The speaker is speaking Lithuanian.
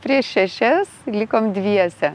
prieš šešias likom dviese